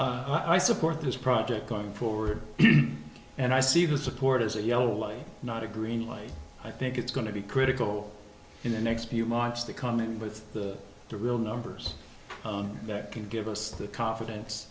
sorry i support this project going forward and i see the support as a yellow light not a green light i think it's going to be critical in the next few march to come in with the real numbers that can give us the confidence